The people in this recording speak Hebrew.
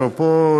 אפרופו,